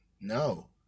no